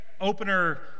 opener